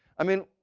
i mean,